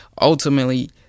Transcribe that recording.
ultimately